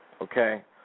Okay